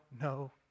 no